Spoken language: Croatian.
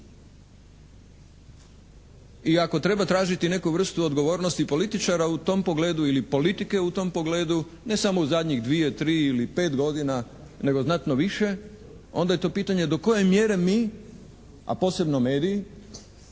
I ako treba tražiti neku vrstu odgovornosti političara u tom pogledu ili politike u tom pogledu ne samo u zadnjih 2, 3 ili 5 godina nego znatno više onda je to pitanje do koje mjere mi, a posebno mediji,